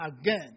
again